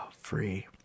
Free